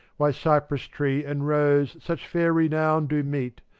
why cypress-tree and rose such fair renown do meet,